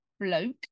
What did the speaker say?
bloke